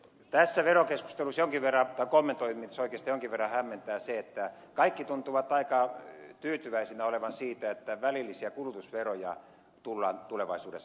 tässä kommentoinnissa jonkin verran hämmentää se että kaikki tuntuvat aika tyytyväisinä olevan siitä että välillisiä kulutusveroja tullaan tulevaisuudessa nostamaan